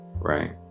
right